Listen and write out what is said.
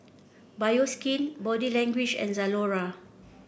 Bioskin Body Language and Zalora